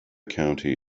county